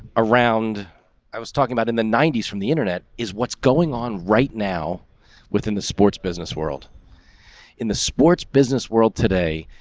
around i was talking about in the nineties from the internet is what's going on right now within the sports business world in the sports business world today.